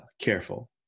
careful